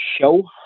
show